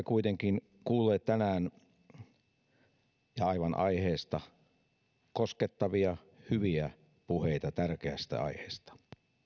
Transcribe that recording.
kuitenkin kuulleet tänään ja aivan aiheesta koskettavia hyviä puheita tärkeästä aiheesta